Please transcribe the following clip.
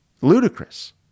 ludicrous